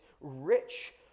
rich